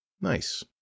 Nice